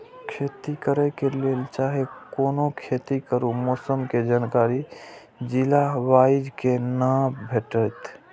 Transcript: खेती करे के लेल चाहै कोनो खेती करू मौसम के जानकारी जिला वाईज के ना भेटेत?